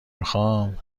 میخام